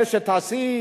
אלה שטסים,